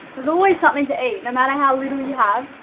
there's always something to eat no matter how little you have.